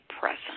present